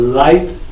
light